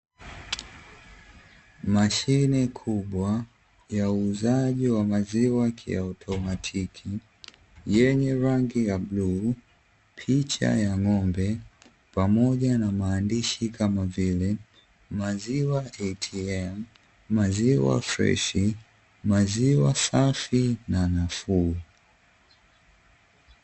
Mashine kubwa ya uuzaji wa maziwa kiautomatiki, yenye rangi ya bluu, picha ya ng'ombe, pamoja na maandishi kama vile ''maziwa ATM'', ''maziwa freshi'', ''maziwa safi na nafuu''.